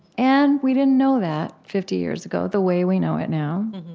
and we didn't know that fifty years ago the way we know it now